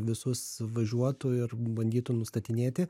visus važiuotų ir bandytų nustatinėti